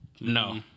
No